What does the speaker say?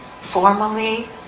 formally